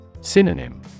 Synonym